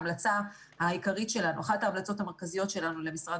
אחת ההמלצות המרכזיות שלנו למשרד